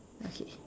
okay